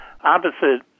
opposite